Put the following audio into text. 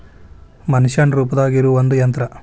ಮನಷ್ಯಾನ ರೂಪದಾಗ ಇರು ಒಂದ ಯಂತ್ರ